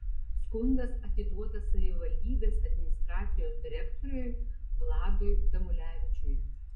skundas atiduotas savivaldybės administracijos direktoriui vladui damulevičiui